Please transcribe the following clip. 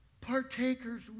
partakers